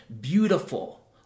beautiful